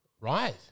Right